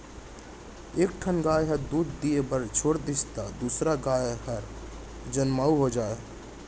एक ठन गाय ह दूद दिये बर छोड़ातिस त दूसर गाय हर जनमउ हो जाए